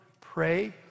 pray